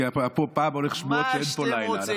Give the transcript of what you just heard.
כי הולכות שמועות שאין לילה.